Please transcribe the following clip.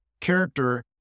character